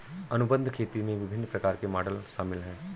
अनुबंध खेती में विभिन्न प्रकार के मॉडल शामिल हैं